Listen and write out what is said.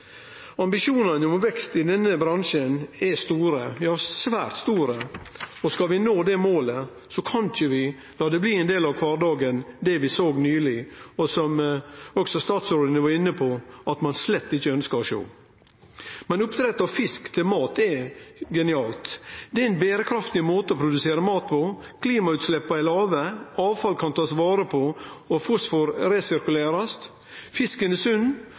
Ambisjonane om vekst i denne bransjen er svært store. Skal vi nå det målet, kan vi ikkje la det bli ein del av kvardagen det som vi såg nyleg, som også statsråden var inne på at ein slett ikkje ønskjer å sjå. Oppdrett av fisk til mat er genialt. Det er en berekraftig måte å produsere mat på; klimagassutsleppa er låge, avfall kan bli tatt vare på, fosfor kan bli resirkulert, fisken er